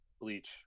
Bleach